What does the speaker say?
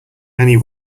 many